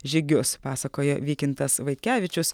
žygius pasakoja vykintas vaitkevičius